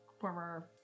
former